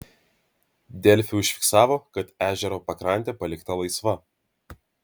delfi užfiksavo kad ežero pakrantė palikta laisva